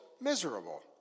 miserable